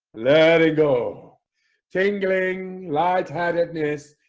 let it go tingling lightheadedness,